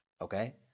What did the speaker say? Okay